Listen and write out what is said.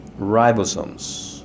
ribosomes